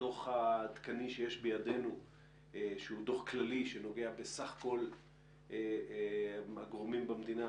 הדוח העדכני שיש בידינו שהוא דוח כללי שנוגע בסך כל הגורמים במדינה,